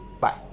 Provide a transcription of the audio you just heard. bye